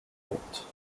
route